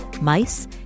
mice